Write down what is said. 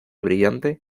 brillante